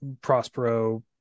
Prospero